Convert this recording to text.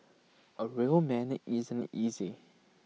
A real man need isn't easy